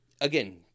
again